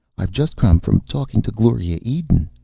i've just come from talking to gloria eden,